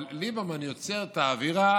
אבל ליברמן יוצר את האווירה